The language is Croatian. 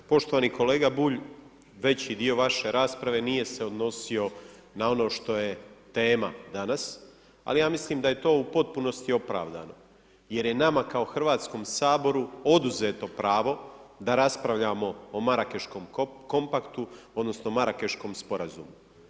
Poštovani kolega Bulj, veći dio vaše rasprave nije se odnosio na ono što je tema danas, ali ja mislim da je to u potpunosti opravdano jer je nama kao HS-u oduzeto pravo da raspravljamo o Marakeškom Kompaktu odnosno Marakeškom Sporazumu.